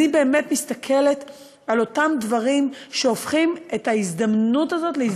אני באמת מסתכלת על אותם דברים שהופכים את ההזדמנות הזאת אולי